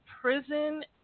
prison